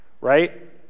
right